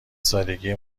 سادگی